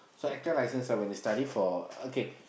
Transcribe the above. so ECDA license when they study for okay